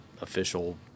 official